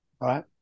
Right